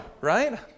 right